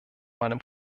meinem